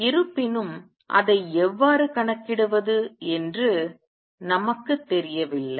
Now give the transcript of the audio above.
இருப்பினும் அதை எவ்வாறு கணக்கிடுவது என்று நமக்குத் தெரியவில்லை